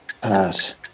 Pass